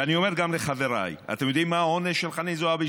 ואני אומר גם לחבריי: אתם יודעים מה העונש של חנין זועבי?